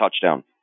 touchdown